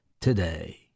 today